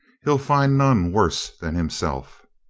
he'll find none worse than himself.